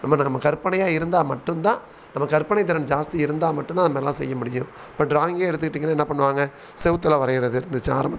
நம்ம நம்ம கற்பனையாக இருந்தால் மட்டும்தான் நமக்கு கற்பனை திறன் ஜாஸ்தி இருந்தால் மட்டும்தான் அது மாரிலாம் செய்ய முடியும் இப்போ ட்ராயிங்கே எடுத்துக்கிட்டிங்கனால் என்ன பண்ணுவாங்க சுவுத்துல வரைகிறது இருந்துச்சு ஆரம்பத்தில்